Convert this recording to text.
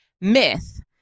myth